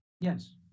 Yes